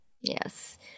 Yes